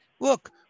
look